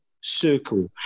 circle